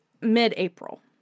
mid-April